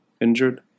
injured